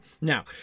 Now